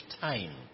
time